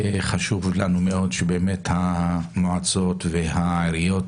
חשוב לנו מאוד שהמועצות והעיריות,